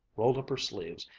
rolled up her sleeves,